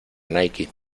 nike